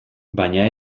baina